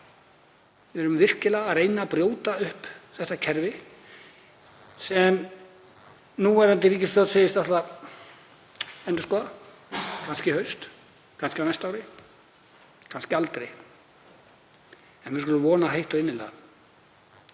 Við erum virkilega að reyna að brjóta upp þetta kerfi sem núverandi ríkisstjórn segist ætla að endurskoða kannski í haust, kannski á næsta ári, kannski aldrei. Við skulum vona heitt og innilega